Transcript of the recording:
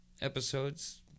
episodes